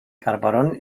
gaborone